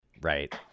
Right